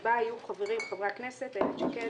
שבה יהיו חברים חברי הכנסת: איילת שקד,